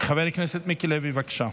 חבר הכנסת מיקי לוי, בבקשה.